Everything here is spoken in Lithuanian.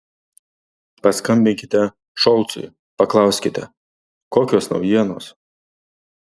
paskambinkite šolcui paklauskite kokios naujienos